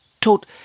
taught